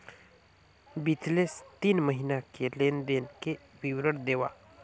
बितले तीन महीना के लेन देन के विवरण देवा?